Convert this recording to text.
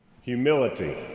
Humility